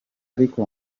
ariko